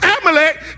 Amalek